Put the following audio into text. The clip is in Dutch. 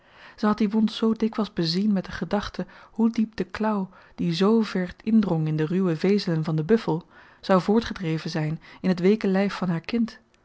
ze had die wond zoo dikwyls bezien met de gedachte hoe diep de klauw die z ver indrong in de ruwe vezelen van den buffel zou voortgedreven zyn in t weeke lyf van haar kind